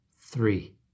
Three